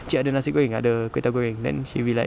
cik ada nasi goreng ada kway teow goreng then she'll be like